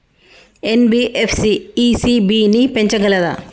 NBFC ECB ని పెంచగలదా?